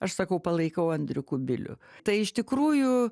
aš sakau palaikau andrių kubilių tai iš tikrųjų